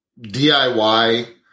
DIY